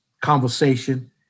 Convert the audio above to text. conversation